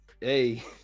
Hey